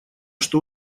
что